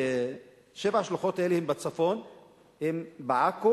שבע השלוחות האלה הן בצפון בעכו,